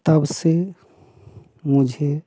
तब से मुझे